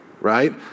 right